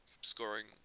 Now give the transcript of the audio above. scoring